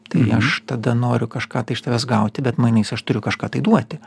tai aš tada noriu kažką tai iš tavęs gauti bet mainais aš turiu kažką tai duoti